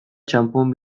txanpon